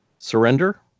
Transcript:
Surrender